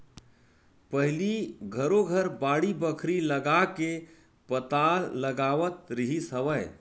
पहिली घरो घर बाड़ी बखरी लगाके पताल लगावत रिहिस हवय